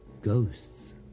ghosts